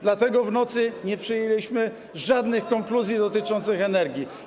Dlatego w nocy nie przyjęliśmy żadnych konkluzji dotyczących energii.